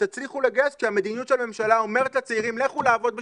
שתצליחו לגייס כשהמדיניות של הממשלה אומרת לצעירים לכו לעבוד בשחור,